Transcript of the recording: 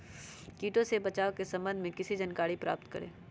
किटो से बचाव के सम्वन्ध में किसी जानकारी प्राप्त करें?